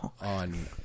on